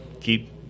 keep